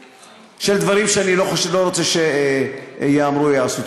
של דברים שאני לא רוצה שייאמרו או שייעשו.